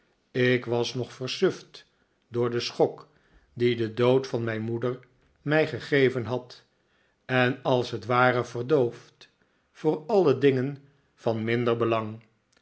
ik was nog versuft door den schok dien de dood van mijn moeder mij gegeven had en als het ware verdoofd voor alle dingen van minder belang